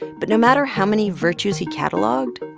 but no matter how many virtues he catalogued,